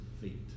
feet